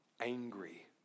angry